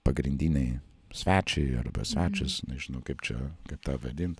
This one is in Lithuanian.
pagrindiniai svečiai arba svečias nežinau kaip čia tą vadint